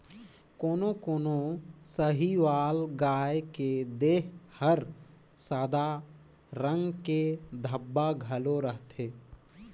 कोनो कोनो साहीवाल गाय के देह हर सादा रंग के धब्बा घलो रहथे